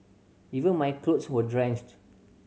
even my clothes were drenched